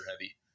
heavy